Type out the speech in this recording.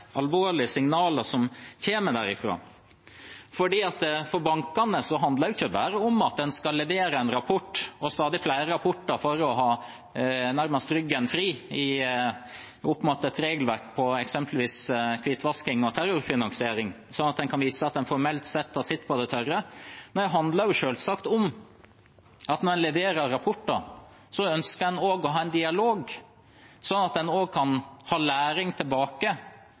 alvorlige signalene som kommer derfra. For bankene handler det ikke bare om at en skal levere en rapport – og stadig flere rapporter – for nærmest å ha ryggen fri med tanke på et regelverk for eksempelvis hvitvasking og terrorfinansiering, sånn at en kan vise at en formelt sett har sitt på det tørre. Det handler selvsagt om at når en leverer rapporter, ønsker en å ha en dialog, sånn at en også kan ha læring tilbake,